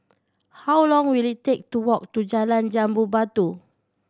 how long will it take to walk to Jalan Jambu Batu